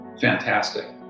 fantastic